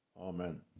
Amen